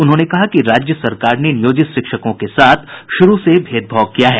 उन्होंने कहा कि राज्य सरकार ने नियोजित शिक्षकों के साथ शुरू से भेदभाव किया है